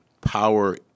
Power